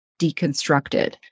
deconstructed